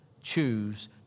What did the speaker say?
choose